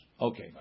Okay